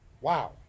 Wow